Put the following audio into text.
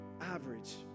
average